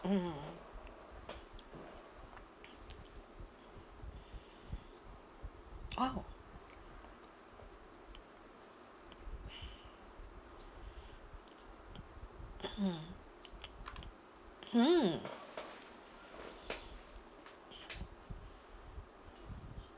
mm !wow! mm mm